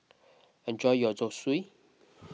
enjoy your Zosui